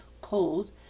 cold